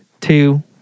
two